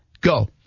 Go